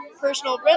personal